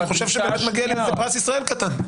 אני חושב שבאמת מגיע לי פה פרס ישראל קטן.